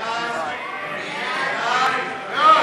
סעיף